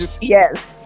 Yes